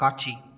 காட்சி